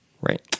Right